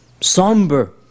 somber